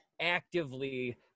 actively